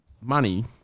money